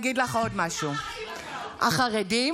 ואני אגיד לך עוד משהו: החרדים,